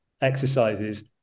exercises